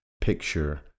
picture